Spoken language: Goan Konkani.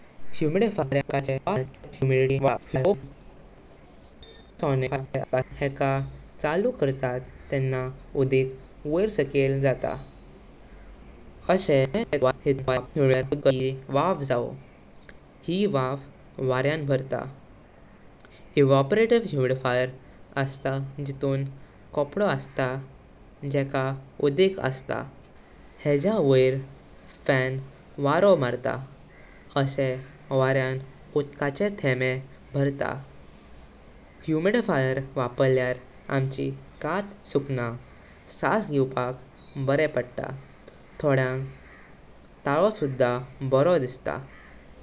ह्युमिडिफायर वाऱ्यांउडुकाचे वाफ गलता कि वाऱ्याची ह्यूमिडिटी वाडपाक। ह्युमिडिफायर खूप भासेचे अशुंग शेकता। अल्ट्रासोनिक ह्युमिडिफायर अस्तात, जेथून स्पीकर जाशे अस्तात। हेजे रुदिक अस्तां, जेन्ना ह्येला चालू करता तेन्ना उदिक वैर साकेल जात। अशे थोड़े थोड़े उडकाचे थेमे वाऱ्यांउडता। ह्येतून चाड आवज जायना वापारपाक। स्टीम ह्युमिडिफायर असता जे उदिक गरम करता कि तेजीं वाफ जावु। ही वाफ वाऱ्यां भरता। एवापोरेटिव ह्युमिडिफायर असता जिथून कोपडो असता जेका उदिक असता। हेजा वैर फॅन वारो मारता, अशे वाऱ्यांउडुकाचे थेमे भरता। ह्युमिडिफायर वापरल्यार आमचे कांत सुखना, सास घेवपाक बारें पडता। थोडयांग तारों सुद्दा बारो दीस्ता। जर लकडाचे कीडें आसा तर ह्यूमिडिटी वाडल्यार तिंकां क्रैक कमी येता।